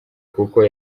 kuko